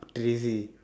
crazy